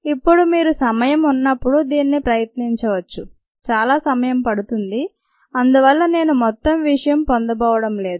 ఇప్పుడు మీరు సమయం ఉన్నప్పుడు దీనిని ప్రయత్నించవచ్చు చాలా సమయం పడుతుంది అందువల్ల నేను మొత్తం విషయం పొందబోవడం లేదు